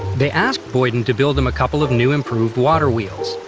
they asked boyden to build them a couple of new, improved, water wheels.